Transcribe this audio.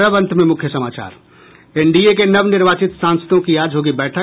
और अब अंत में मुख्य समाचार एनडीए के नवनिर्वाचित सांसदों की आज होगी बैठक